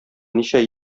ничә